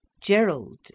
Gerald